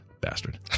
Bastard